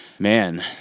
Man